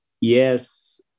yes